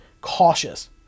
cautious